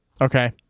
Okay